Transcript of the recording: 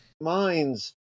minds